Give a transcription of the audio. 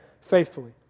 faithfully